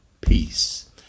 peace